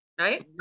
right